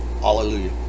Hallelujah